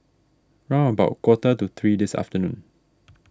round about quarter to three this afternoon